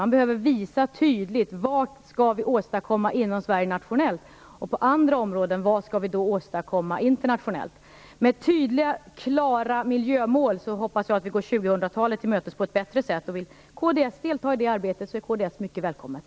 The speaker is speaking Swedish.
Man behöver tydligt visa vad vi skall åstadkomma i Sverige nationellt och vad vi på andra områden skall åstadkomma internationellt. Med tydliga, klara miljömål hoppas jag att vi går 2000 talet till mötes på ett bättre sätt. Vill kds delta i det arbetet är kds mycket välkommet.